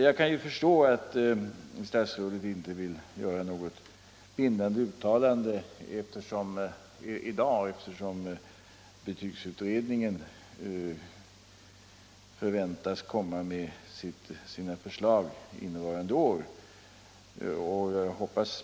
Jag kan förstå att statsrådet inte vill göra något bindande uttalande i dag, eftersom betygsutredningen förväntas avlämna sina förslag innevarande år.